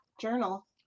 journal